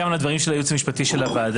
גם על הדברים של הייעוץ המשפטי לוועדה,